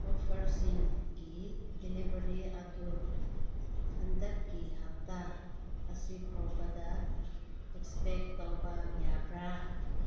ꯑꯣꯐꯔꯁꯤꯡꯒꯤ delivery ꯑꯗꯨ ꯍꯟꯗꯛꯀꯤ ꯍꯞꯇꯥ ꯑꯁꯤꯐꯥꯎꯕꯗ ꯑꯦꯁꯄꯦꯛ ꯇꯧꯕ ꯌꯥꯕ꯭ꯔꯥ